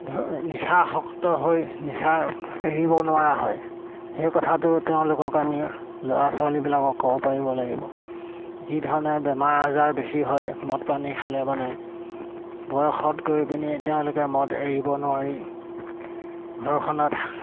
ধ নিচা শক্ত হৈ নিচা এৰিব নোৱাৰা হয় সেই কথাটো তেওঁলোকক আমি ল'ৰা ছোৱালীবিলাকক ক'ব পাৰিব লাগিব যিধৰণে বেমাৰ আজাৰ বেছি হয় মদ পানী খালে মানে বয়সত গৈ পিনি তেওঁলোকে মদ এৰিব নোৱাৰি ঘৰখনত